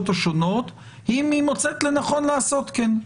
השונות אם היא מוצאת לנכון לעשות כן.